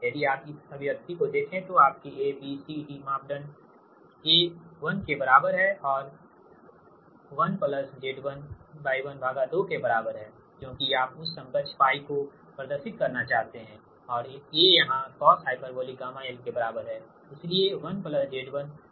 यदि आप इस अभिव्यक्ति को देखें तो आपके A B C D मापदंड A 1 के बराबर है और 1 1 Z1Y12के बराबर है क्योंकि आप उस समकक्ष π को प्रदर्शित करना चाहते हैं और A यहाँ cosh γl के बराबर है